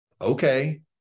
okay